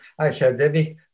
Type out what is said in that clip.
academic